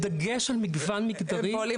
בדגש על מגוון מגדרי- -- אגב,